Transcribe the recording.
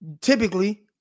typically